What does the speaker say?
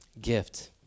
gift